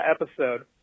episode